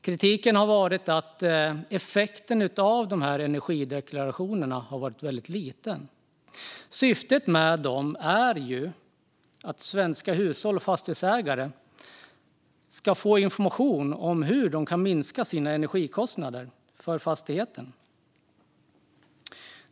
Kritiken har handlat om att effekten av energideklarationerna har varit väldigt liten. Syftet med dem är ju att svenska hushåll och fastighetsägare ska få information om hur de kan minska energikostnaderna för fastigheten.